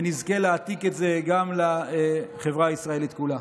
ונזכה להעתיק את זה גם לחברה הישראלית כולה.